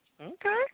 Okay